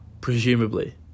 Presumably